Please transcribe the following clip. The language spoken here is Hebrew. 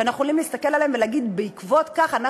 שאנחנו יכלים להסתכל עליהם ולהגיד: בעקבות כך אנחנו